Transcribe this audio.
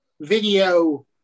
video